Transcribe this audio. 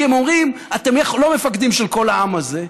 כי הם אומרים: אתם לא מפקדים של כל העם הזה,